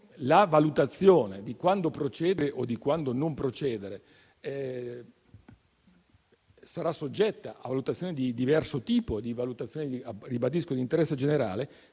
la valutazione di quando procedere e di quando non procedere sarà soggetta a valutazioni di diverso tipo e di interesse generale,